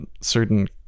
certain